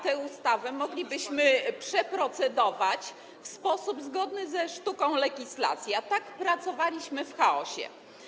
tę ustawę moglibyśmy przeprocedować w sposób zgodny ze sztuką legislacji, a tak pracowaliśmy w chaosie.